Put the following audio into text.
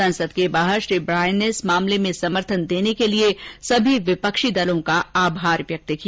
संसद के बाहर श्री ब्रायन ने इस मामलेमें समर्थन देने के लिए सभी विपक्षी दलों का आभार व्यक्त किया